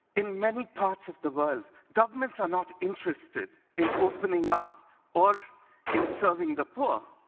in many parts of the world, governments are not interested in opening up or in serving the poor,